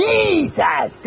Jesus